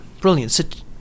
Brilliant